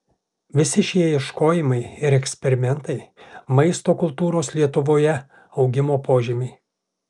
visi šie ieškojimai ir eksperimentai maisto kultūros lietuvoje augimo požymiai